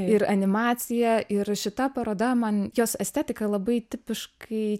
ir animaciją ir šita paroda man jos estetika labai tipiškai